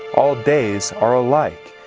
all days are alike.